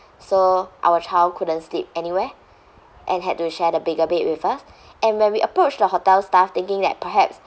so our child couldn't sleep anywhere and had to share the bigger bed with us and when we approached the hotel staff thinking that perhaps